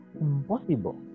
Impossible